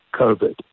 COVID